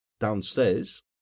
downstairs